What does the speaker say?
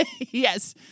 Yes